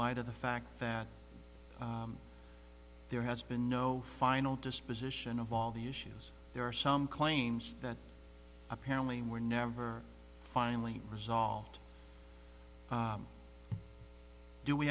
light of the fact that there has been no final disposition of all the issues there are some claims that apparently were never finally resolved do we